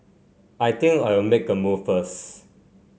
I think I'll make a move first